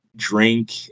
drink